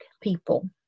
people